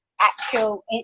actual